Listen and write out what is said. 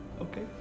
Okay